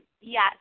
yes